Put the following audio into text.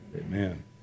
Amen